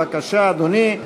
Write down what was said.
בבקשה, אדוני.